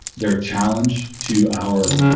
their challenge to our